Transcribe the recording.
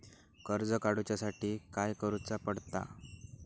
कर्ज काडूच्या साठी काय करुचा पडता?